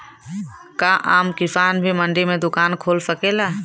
का आम किसान भी मंडी में दुकान खोल सकेला?